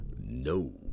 No